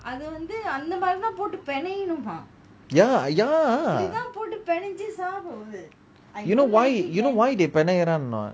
ya ya you know why you know why they பெனையிறங்க:penaiyiranga